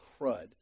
crud